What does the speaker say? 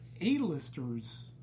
A-listers